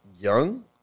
Young